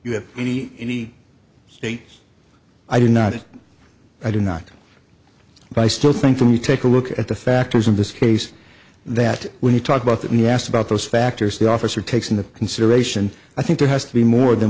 you have any any state i do not that i do not but i still think from you take a look at the factors in this case that when you talk about that we asked about those factors the officer takes into consideration i think there has to be more than